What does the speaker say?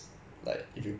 like